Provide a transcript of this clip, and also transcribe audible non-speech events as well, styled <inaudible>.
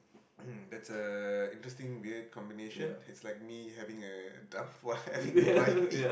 <coughs> that's a interesting weird combination has like me having a duff wife having a <UNK <laughs>